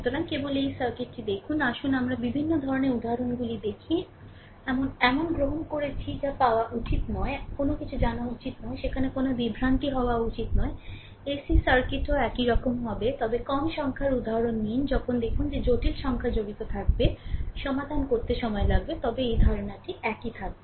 সুতরাং কেবল এই সার্কিটটি দেখুন আসুন আমরা বিভিন্ন ধরণের উদাহরণগুলি দেখি এমন এমন গ্রহণ করেছি যা পাওয়া উচিত নয় কোনও কিছু জানা উচিত নয় সেখানে কোনও বিভ্রান্তি হওয়া উচিত নয় এসি সার্কিটও একই রকম হবে তবে কম সংখ্যার উদাহরণ নিন যখন দেখুন যে জটিল সংখ্যা জড়িত থাকবে সমাধান করতে সময় লাগে তবে ধারণাটি একই থাকবে